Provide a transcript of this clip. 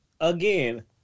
again